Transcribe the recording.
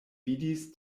vidis